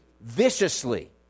viciously